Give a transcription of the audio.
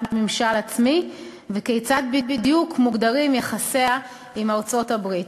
ממשל עצמי וכיצד בדיוק מוגדרים יחסיה עם ארצות-הברית.